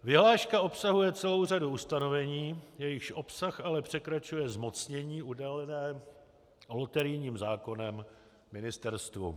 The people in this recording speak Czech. Vyhláška obsahuje celou řadu ustanovení, jejichž obsah ale překračuje zmocnění udělené loterijním zákonem ministerstvu.